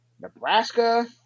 Nebraska